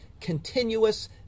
continuous